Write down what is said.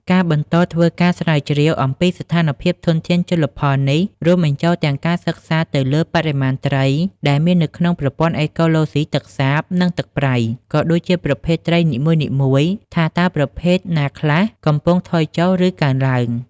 ការបន្តធ្វើការស្រាវជ្រាវអំពីស្ថានភាពធនធានជលផល នេះរួមបញ្ចូលទាំងការសិក្សាទៅលើបរិមាណត្រីដែលមាននៅក្នុងប្រព័ន្ធអេកូឡូស៊ីទឹកសាប និងទឹកប្រៃ ក៏ដូចជាប្រភេទត្រីនីមួយៗ ថាតើប្រភេទណាខ្លះកំពុងថយចុះ ឬកើនឡើង។